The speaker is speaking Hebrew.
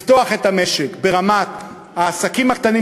לפתוח את המשק ברמת העסקים הקטנים,